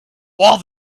all